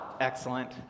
Excellent